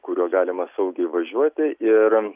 kuriuo galima saugiai važiuoti ir